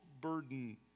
burden